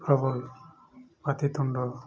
ପ୍ରବଳ ପାଟିତୁଣ୍ଡ